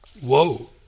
Whoa